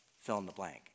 fill-in-the-blank